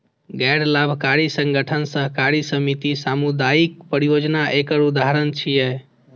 गैर लाभकारी संगठन, सहकारी समिति, सामुदायिक परियोजना एकर उदाहरण छियै